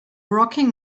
rocking